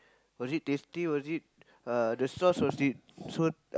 was it tasty was it uh the sauce was it so